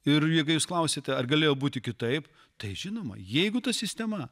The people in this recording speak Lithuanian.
ir jeigu jūs klausiate ar galėjo būti kitaip tai žinoma jeigu ta sistema